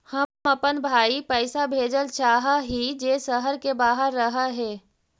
हम अपन भाई पैसा भेजल चाह हीं जे शहर के बाहर रह हे